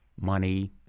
money